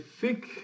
thick